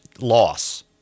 loss